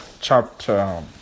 chapter